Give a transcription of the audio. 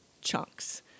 chunks